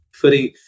putting